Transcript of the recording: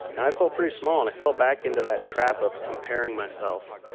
and i felt pretty small and i fell back into that trap of comparing myself.